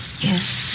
Yes